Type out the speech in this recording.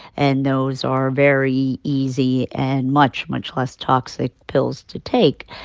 and those are very easy and much, much less toxic pills to take.